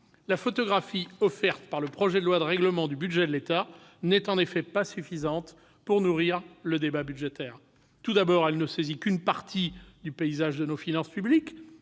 la photographie offerte par le projet de loi de règlement du budget de l'État n'est pas suffisante pour nourrir le débat budgétaire. Tout d'abord, elle ne saisit qu'une partie du paysage de nos finances publiques.